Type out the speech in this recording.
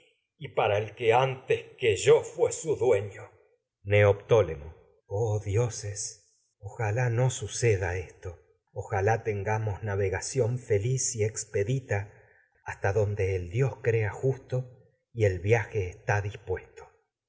y para el que que yo fué su dueño dioses neoptólemo oh ojalá feliz y no suceda esto ojalá donde tengamos el dios crea navegación justo y expedita hasta el viaje está